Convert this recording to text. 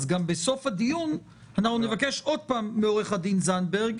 אז בסוף הדיון נבקש עוד פעם מעו"ד זנדברג.